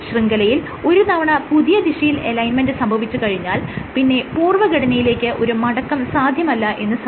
ശൃംഖലയിൽ ഒരു തവണ പുതിയ ദിശയിൽ അലൈൻമെന്റ് സംഭവിച്ചു കഴിഞ്ഞാൽ പിന്നെ പൂർവ്വഘടനയിലേക്ക് ഒരു മടക്കം സാധ്യമല്ല എന്ന് സാരം